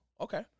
Okay